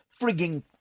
frigging